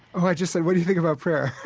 i just said, what do you think about prayer?